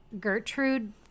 gertrude